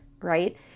right